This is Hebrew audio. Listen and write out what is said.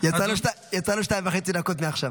יצא לו שתיים וחצי דקות מעכשיו.